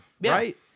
right